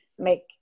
Make